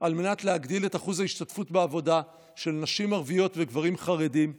על מנת להגדיל את אחוז ההשתתפות בעבודה של נשים ערביות וגברים חרדים על,